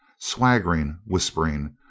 swaggering, whispering,